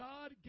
God